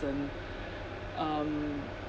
um